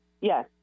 Yes